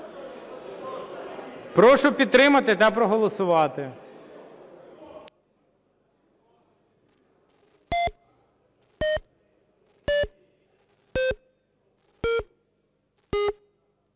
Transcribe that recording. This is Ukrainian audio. Прошу підтримати та проголосувати.